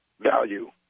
value